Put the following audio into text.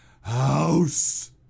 house